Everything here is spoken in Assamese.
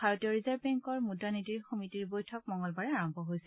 ভাৰতীয় ৰিজাৰ্ভ বেংকৰ মুদ্ৰানীতিৰ সমিতিৰ বৈঠক মঙলবাৰে আৰম্ভ হৈছে